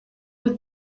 with